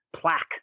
plaque